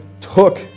took